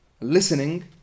listening